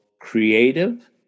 creative